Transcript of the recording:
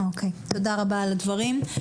אוקיי, תודה רבה על הדברים.